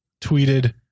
tweeted